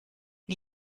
die